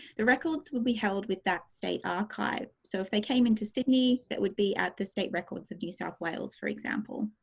the records will be held with that state archive. so, if they came into sydney, that would be at the state records of new south wales, for example.